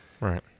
Right